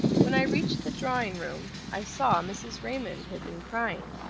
when i reached the drawing-room, i saw mrs. raymond had been crying.